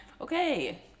okay